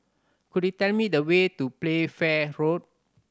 could you tell me the way to Playfair Road